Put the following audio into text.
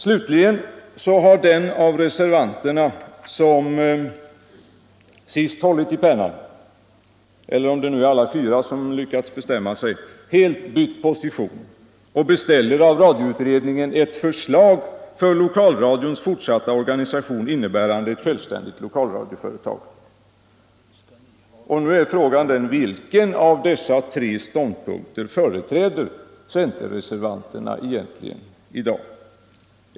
Slutligen har den av reservanterna som sist hållit i pennan — eller om det nu är alla fyra som lyckats bestämma sig — helt bytt position, och man beställer av radioutredningen ett förslag för lokalradions fortsatta organisation, innebärande ett självständigt lokalradioföretag. Nu är frågan: Vilken av dessa tre ståndpunkter företräder reservanterna egentligen i dag?